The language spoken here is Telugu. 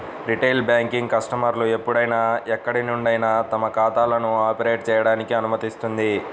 రిటైల్ బ్యాంకింగ్ కస్టమర్లు ఎప్పుడైనా ఎక్కడి నుండైనా తమ ఖాతాలను ఆపరేట్ చేయడానికి అనుమతిస్తుంది